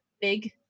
big